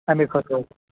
اَمی خٲطرٕ حظ